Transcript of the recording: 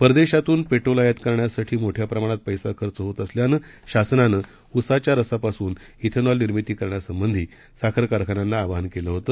परदेशातूनपेट्रोलआयातकरण्यासाठीमोठ्याप्रमाणातपैसाखर्चहोतअसल्यानंशासनानंउसाच्यारसापासूनश्वेनॉलनिर्मितीकरण्यासं बंधीसाखरकारखान्यांनाआवाहनकेलंहोते